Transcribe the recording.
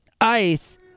ice